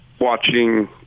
watching –